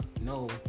No